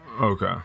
okay